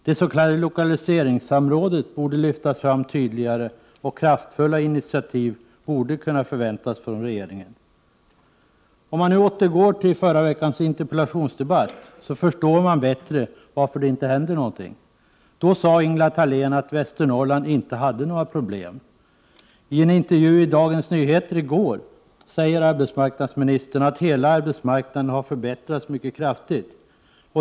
Det s.k. lokaliseringssamrådet borde lyftas fram tydligare, och kraftfulla initiativ borde kunna förväntas från regeringen. Om man återgår till förra veckans interpellationsdebatt, förstår man bättre varför det inte händer någonting. Ingela Thalén sade då att Västernorrland inte har några problem. I en intervju i Dagens Nyheter i går sade arbetsmarknadsministern att hela arbetsmarknaden har förbättrats mycket kraftigt.